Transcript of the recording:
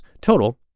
Total